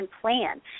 plan